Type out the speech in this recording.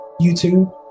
YouTube